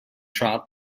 trout